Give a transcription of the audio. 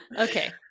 Okay